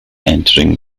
entering